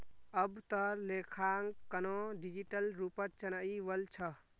अब त लेखांकनो डिजिटल रूपत चनइ वल छ